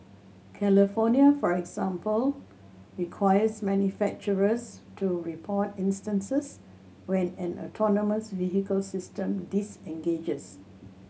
California for example requires manufacturers to report instances when an autonomous vehicle system disengages